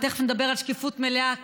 ותכף נדבר על שקיפות מלאה,